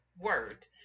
Word